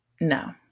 no